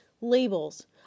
Labels